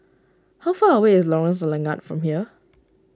how far away is Lorong Selangat from here